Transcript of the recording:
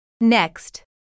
Next